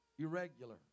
Irregular